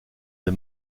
des